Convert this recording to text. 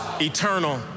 eternal